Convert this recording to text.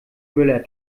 müller